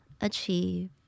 achieve